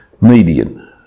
median